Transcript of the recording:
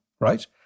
Right